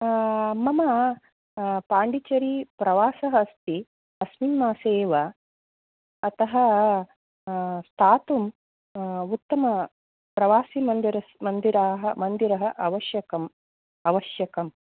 मम पाण्डिचेरी प्रवासः अस्ति अस्मिन् मासे एव अतः स्थातुं उत्तमप्रवासी मन्दिरस् मन्दिराः मन्दिरः आवश्यकम् आवश्यकम्